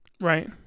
Right